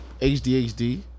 hdhd